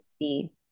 see